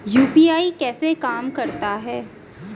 UPI कैसे काम करता है?